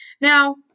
Now